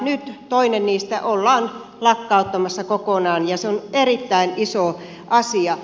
nyt toinen niistä ollaan lakkauttamassa kokonaan ja se on erittäin iso asia